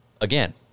again